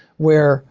where